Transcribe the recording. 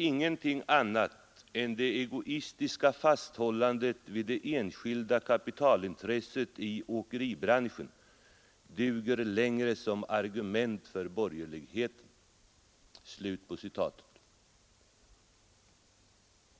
Ingenting annat än det egoistiska fasthållandet vid det enskilda kapitalintresset i åkeribranschen duger längre som argument för borgerligheten.”